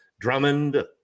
Drummond